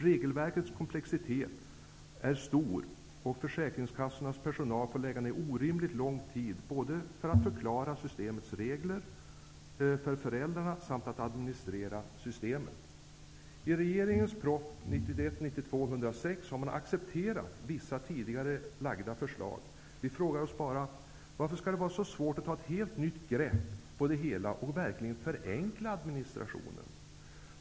Regelverkets komplexitet är stor, och försäkringskassornas personal får lägga ner orimligt lång tid både på att förklara systemets regler för föräldrarna och på att administrera systemet. I regeringens proposition 1991/92:106 har man accepterat vissa tidigare framlagda förslag. Vi frågar oss bara: Varför skall det vara så svårt att ta ett helt nytt grepp på det hela och verkligen förenkla administrationen?